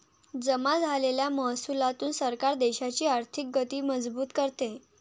जमा झालेल्या महसुलातून सरकार देशाची आर्थिक गती मजबूत करते